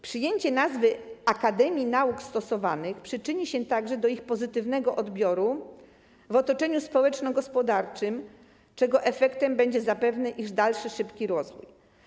Przyjęcie nazwy „akademia nauk stosowanych” przyczyni się także do ich pozytywnego odbioru w otoczeniu społeczno-gospodarczym, czego efektem będzie zapewne ich dalszy szybki rozwój.